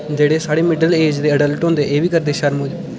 जेह्ड़े साढ़े middle age दे एडल्ट होंदे एह् बी करदे शर्म